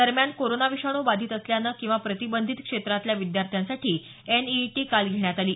दरम्यान कोरोना विषाणू बाधित असल्यानं किंवा प्रतिबंधित क्षेत्रातल्या विद्यार्थ्यांसाठी एनईईटी काल घेण्यात आली